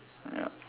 ya